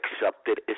accepted